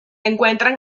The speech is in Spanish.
encuentran